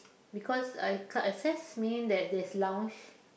because I card access mean that there's lounge